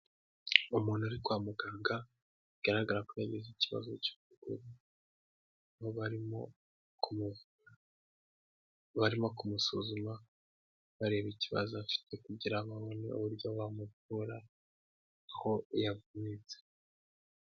Umuntu ari kwa muganga bigaragara ko yagize ikibazo cy'ukuguru barimo barimo kumusuzuma bareba ikibazo afite kugira ba abone uburyo bamuvura aho yavunitse.